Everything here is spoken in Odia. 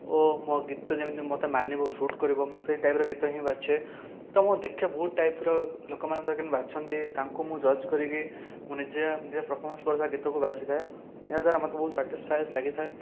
ଓ ମୋ ଗୀତ ଯେମିତି ମୋତେ ମାନିବ ସୁଟ୍ କରିବ ମୁଁ ସେଇ ଟାଇପର ଗୀତ ହିଁ ବାଛେ ତ ମୁଁ ଦେଖେ ବହୁତ ଟାଇପର ଲୋକମାନେ କେମିତି ବାଛନ୍ତି ତାଙ୍କୁ ମୁଁ ଜଜ୍ କରିକି ମୁଁ ନିଜେ ନିଜେ ପରଫର୍ମାନ୍ସ କରୁଥିବା ଗୀତକୁ ବାଛିଥାଏ ଏହାଦ୍ୱାରା ମୋତେ ବହୁତ ସାଟିସ୍ଫାଏ ଲାଗିଥାଏ